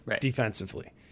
defensively